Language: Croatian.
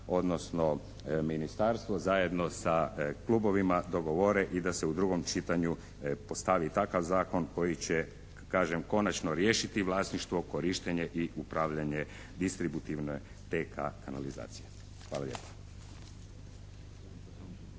odnosno ministarstvo zajedno sa klubovima dogovore i da se u drugom čitanju postavi takav zakon koji će kažem konačno riješiti vlasništvo, korištenje i upravljanje distributivne TK-a kanalizacije. Hvala lijepa.